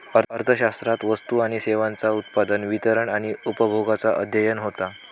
अर्थशास्त्रात वस्तू आणि सेवांचा उत्पादन, वितरण आणि उपभोगाचा अध्ययन होता